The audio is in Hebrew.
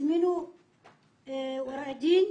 הזמינו עורך דין,